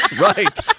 Right